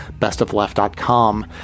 bestofleft.com